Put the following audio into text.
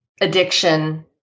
addiction